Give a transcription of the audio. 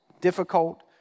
Difficult